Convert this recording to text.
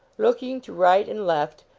looking to right and left,